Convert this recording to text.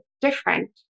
different